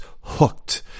hooked